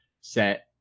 set